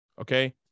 Okay